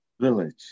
village